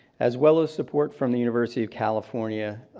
as well as support from the university of california,